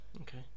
Okay